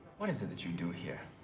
what is it that you do here?